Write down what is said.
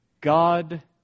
God